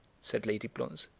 said lady blonze.